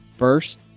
First